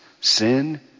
sin